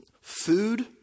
Food